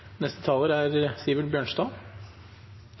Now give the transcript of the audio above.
Neste taler er